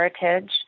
heritage